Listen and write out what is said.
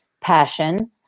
passion